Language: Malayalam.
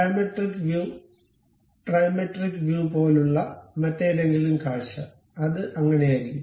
ഡയമെട്രിക് വ്യൂ ട്രിമെട്രിക് വ്യൂ പോലുള്ള മറ്റേതെങ്കിലും കാഴ്ച അത് അങ്ങനെയായിരിക്കും